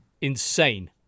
Insane